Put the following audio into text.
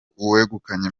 uwegukanye